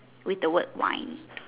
with the word wine